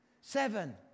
Seven